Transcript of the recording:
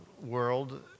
world